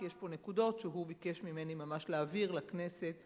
כי יש פה נקודות שהוא ביקש ממני ממש להעביר לכנסת בשמו,